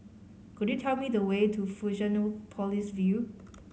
could you tell me the way to Fusionopolis View